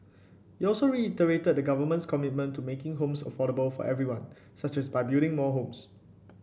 he also reiterated the government's commitment to making homes affordable for everyone such as by building more homes